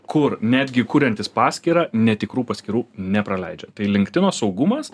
kur netgi kuriantis paskyrą netikrų paskyrų nepraleidžia tai linkedino saugumas